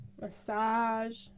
Massage